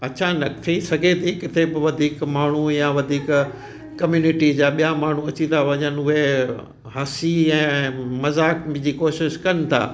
अचानक थी सघे थी किथे बि वधीक माण्हू या वधीक कम्यूनिटी जा ॿियां माण्हू अची पिया वञनि उहे हंसी ऐं मज़ाक जी कोशिशि कनि था